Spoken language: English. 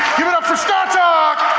give it up for startalk!